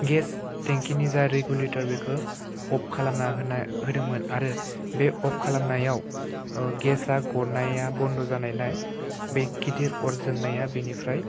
gas टेंकिनि जा regulator बेखौ अफ खालामना होना होदोंमोन आरो बे अफ खालामनायाव गेसआ गनाया बन्द' जानायलाय बे गिदिर अर जोंनाया बेनिफ्राय